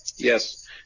Yes